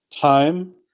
time